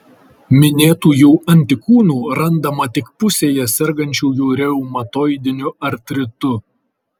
minėtųjų antikūnų randama tik pusėje sergančiųjų reumatoidiniu artritu